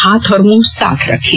हाथ और मुंह साफ रखें